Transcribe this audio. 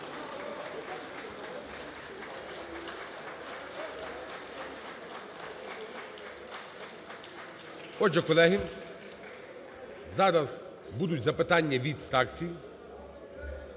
Отже, колеги, зараз будуть запитання від фракцій.